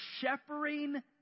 shepherding